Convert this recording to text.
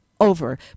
over